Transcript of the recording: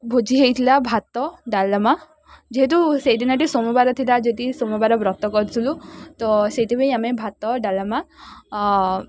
ଭୋଜି ହେଇଥିଲା ଭାତ ଡାଲମା ଯେହେତୁ ସେହି ଦିନଟି ସୋମବାର ଥିଲା ଯଦି ସୋମବାର ବ୍ରତ କରିଥିଲୁ ତ ସେଇଥିପାଇଁ ଆମେ ଭାତ ଡାଲମା